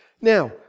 Now